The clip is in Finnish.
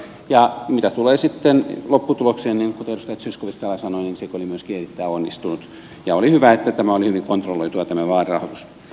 ja mitä tulee sitten lopputulokseen niin kuten edustaja zyskowicz täällä sanoi niin se oli myöskin erittäin onnistunut ja oli hyvä että oli hyvin kontrolloitua tämä vaalirahoitus